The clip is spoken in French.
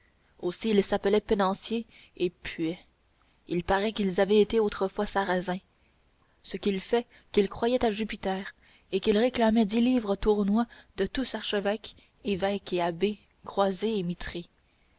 aussi ils s'appelaient penanciers et puaient il paraît qu'ils avaient été autrefois sarrasins ce qui fait qu'ils croyaient à jupiter et qu'ils réclamaient dix livres tournois de tous archevêques évêques et abbés crossés